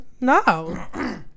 No